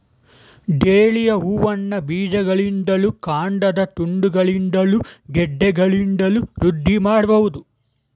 dahlia ಹೂವನ್ನ ಬೀಜಗಳಿಂದಲೂ ಕಾಂಡದ ತುಂಡುಗಳಿಂದಲೂ ಗೆಡ್ಡೆಗಳಿಂದಲೂ ವೃದ್ಧಿ ಮಾಡ್ಬಹುದು